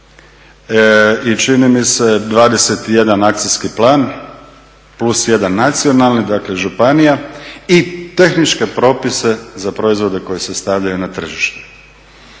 i čini mi se 21 akcijski plan plus jedan nacionalni, dakle županija i tehničke propise za proizvode koji se stavljaju na tržište